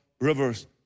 rivers